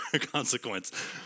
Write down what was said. consequence